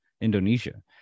Indonesia